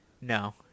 No